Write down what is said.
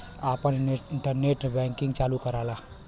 आपन internet banking चालू कराला